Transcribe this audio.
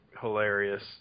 hilarious